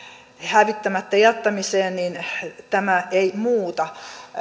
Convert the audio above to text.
hävittämättä jättämiseen tämä ei muuta